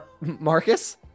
marcus